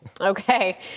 Okay